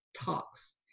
talks